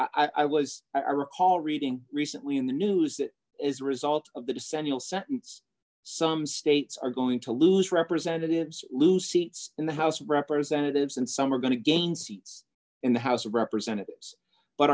i was i recall reading recently in the news that as a result of the dissent you'll sentence some states are going to lose representatives lose seats in the house of representatives and some are going to gain seats in the house of representatives but